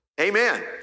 Amen